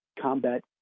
combat